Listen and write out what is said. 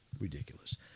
ridiculous